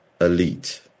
Elite